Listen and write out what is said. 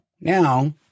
Now